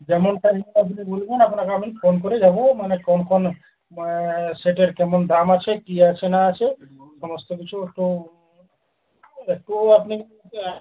যেমন টাইমে আপনি বলবেন আপনাকে আমি ফোন করে যাবো মানে কোন কোন সেটের কেমন দাম আছে কী আছে না আছে সমস্ত কিছু একটু একটু আপনি